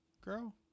girl